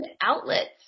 outlets